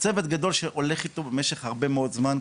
צוות גדול שהולך איתו במשך הרבה מאוד זמן,